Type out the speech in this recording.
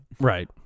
right